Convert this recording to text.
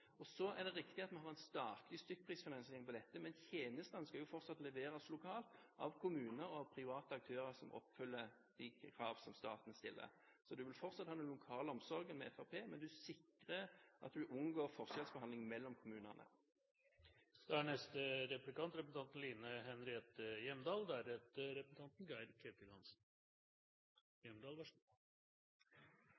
penger så vi også kan drifte dem. Så er det riktig at vi har en statlig stykkprisfinansiering på dette. Men tjenestene skal fortsatt leveres lokalt av kommuner og av private aktører som oppfyller de krav som staten stiller. Så man vil fortsatt ha den lokale omsorgen med Fremskrittspartiet, men man sikrer at man unngår forskjellsbehandlingen mellom kommunene. Representanten Solvik-Olsen startet sitt innlegg med å si at Fremskrittspartiets alternative budsjett er